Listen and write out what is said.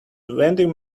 vending